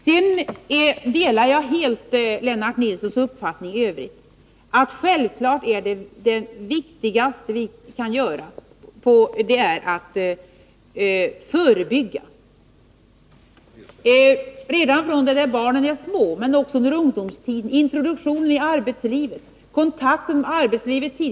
I övrigt delar jag helt Lennart Nilssons uppfattning att det viktigaste vi kan göra självfallet är att förebygga missbruk redan från det barnen är små. Men det gäller också ungdomstiden, introduktionen i och den tidiga kontakten med arbetslivet.